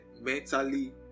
mentally